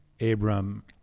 Abram